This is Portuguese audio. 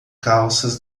calças